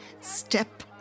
step